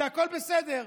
זה הכול בסדר,